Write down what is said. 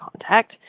Contact